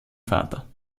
vater